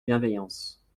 bienveillance